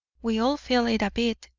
we all feel it a bit,